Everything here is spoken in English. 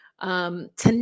tonight